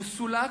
הוא סולק,